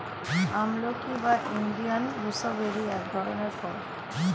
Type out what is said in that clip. আমলকি বা Indian gooseberry এক ধরনের ফল